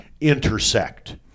intersect